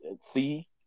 see